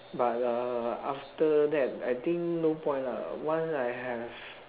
but uh after that I think no point lah once I have